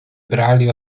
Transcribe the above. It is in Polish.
brali